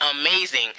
amazing